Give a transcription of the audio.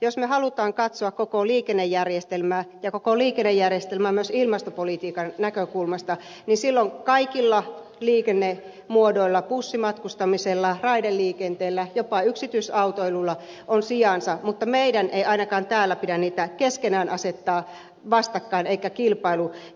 jos me haluamme katsoa koko liikennejärjestelmää ja koko liikennejärjestelmää myös ilmastopolitiikan näkökulmasta niin silloin kaikilla liikennemuodoilla bussimatkustamisella raideliikenteellä jopa yksityisautoilulla on sijansa mutta meidän ei ainakaan täällä pidä niitä keskenään asettaa vastakkain eikä